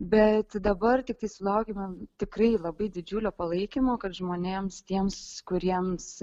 bet dabar tiktai sulaukėme tikrai labai didžiulio palaikymo kad žmonėms tiems kuriems